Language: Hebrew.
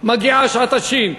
מגיעה שעת השין.